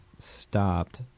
stopped